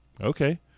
okay